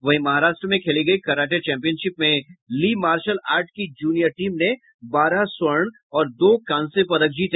वहीं महाराष्ट्र में खेली गयी कराटे चैम्पियनशिप में ली मार्शल आर्ट की जूनियर टीम ने बारह स्वर्ण और दो कांस्य पदक जीते